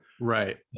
right